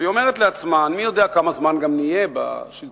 והיא אומרת לעצמה: מי יודע כמה זמן נהיה בשלטון?